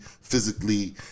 physically